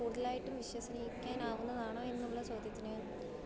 കൂടുതലായിട്ടും വിശ്വസിക്കാനാകുന്നതാണോ എന്നുള്ള ചോദ്യത്തിന്